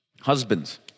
husbands